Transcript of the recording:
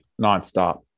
nonstop